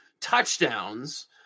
touchdowns